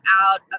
out